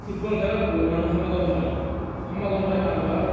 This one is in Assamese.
ফুটবল খেলত বহুত মানুহ সমাগম হয় সমাগম হয় মানুহৰ